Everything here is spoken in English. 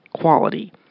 quality